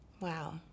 Wow